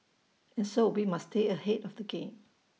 and so we must stay ahead of the game